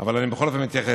אבל אני בכל אופן אתייחס: